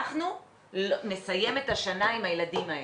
אנחנו נסיים את השנה עם הילדים האלה.